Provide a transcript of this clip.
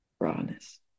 rawness